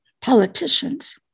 politicians